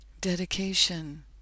Dedication